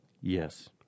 Yes